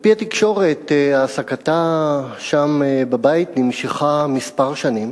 על-פי התקשורת, העסקתה שם בבית נמשכה כמה שנים.